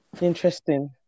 interesting